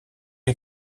est